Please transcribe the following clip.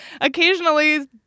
occasionally